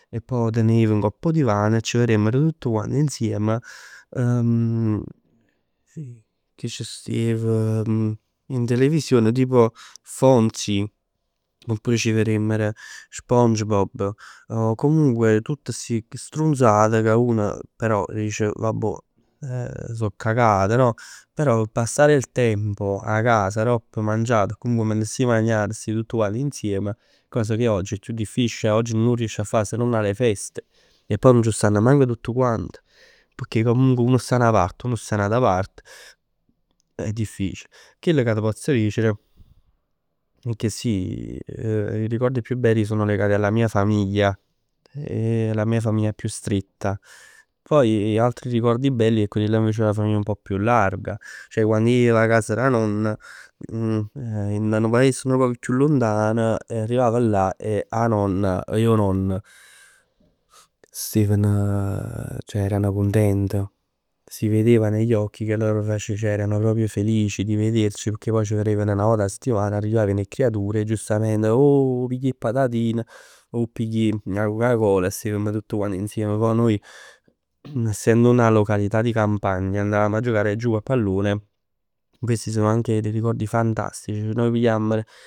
E pò te ne jiv ngopp 'o divan e c' veriemmer tutt insiem che c' stev. In televisione tipo Fonzie, oppure ci veriemmer SpongeBob o comunque tutt sti strunzat ca uno però dice vabbuo so cacate no? Però passare il tempo 'a cas aropp mangiato o comunque mentre stiv magnann, stiv tutt quant insieme. Cosa che oggi è chiù difficile. Ceh oggi nun 'o riesci a fa, se non alle feste. E poi nun c' stann manc tutt quant. Pecchè comunque uno sta 'a 'na part, uno sta 'a n'ata parte. È difficile. Chell ca t' pozz dicere è che sì i ricordi più belli sono legati alla mia famiglia e la mia familgia più stretta. Poi altri ricordi belli è quello là della famiglia un pò più larga. Ceh quando ij jev 'a cas d' 'a nonna, a nu paese nu poc chiù luntan. Arrivavo là e 'a nonna, 'o nonno, steven, ceh erano cuntent. Si vedeva negli occhi che loro erano proprio felici di vederci. Perchè 'na vot 'a settimana arrivavano 'e creatur e giustament o piglia 'e patatin, o pigli 'a cocacola e stevem tutt quant insieme. Poi noi, essendo una località di campagna andavamo a giocare giù a pallone. Questi sono anche dei ricordi fantastici. Nuje pigliammero